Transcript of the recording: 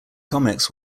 comics